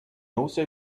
also